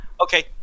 Okay